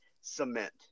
Cement